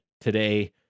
today